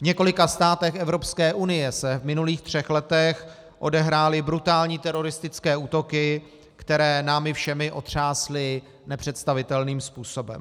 V několika státech Evropské unie se v minulých třech letech odehrály brutální teroristické útoky, které námi všemi otřásly nepředstavitelným způsobem.